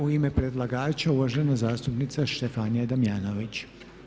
U ime predlagača uvažena zastupnica Štefanija Damjanović.